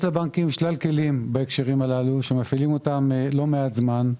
יש לבנקים שלל כלים בהקשרים הללו שמפעילים אותם לא מעט זמן.